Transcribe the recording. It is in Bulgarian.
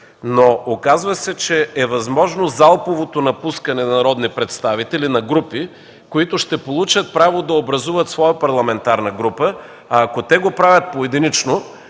Оказва се, че е възможно залповото напускане на народни представители, на групи, които ще получат право да образуват своя парламентарна група, а ако те го правят поединично,